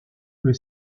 que